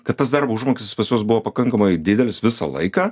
kad tas darbo užmokestis pas juos buvo pakankamai didelis visą laiką